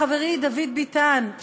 חברי דוד ביטן,